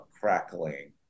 crackling